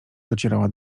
docierała